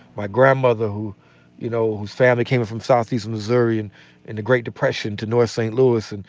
my grandmother, who you know who sadly came from southeastern missouri and in the great depression to north st. louis, and